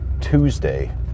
Tuesday